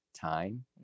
time